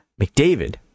McDavid